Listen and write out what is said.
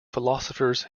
philosophers